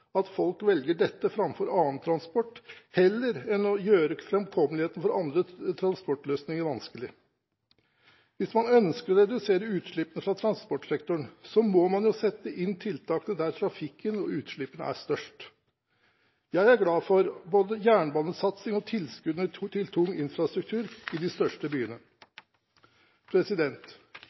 at folk velger dette framfor annen transport, heller enn å gjøre framkommeligheten for andre transportløsninger vanskelig. Hvis man ønsker å redusere utslippene fra transportsektoren, må man sette inn tiltakene der trafikken og utslippene er størst. Jeg er glad for både jernbanesatsing og tilskuddene til tung infrastruktur i de største byene.